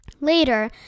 Later